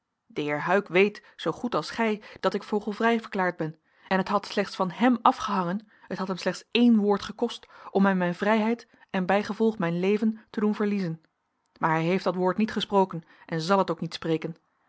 de heer huyck weet zoogoed als gij dat ik vogelvrij verklaard ben en het had slechts van hem afgehangen het had hem slechts één woord gekost om mij mijn vrijheid en bijgevolg mijn leven te doen verliezen maar hij heeft dat woord niet gesproken en zal het ook niet spreken